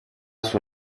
sua